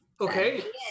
Okay